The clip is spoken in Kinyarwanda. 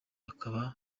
akaba